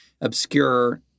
obscure